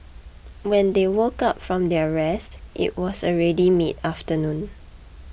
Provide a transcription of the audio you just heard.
when they woke up from their rest it was already midafternoon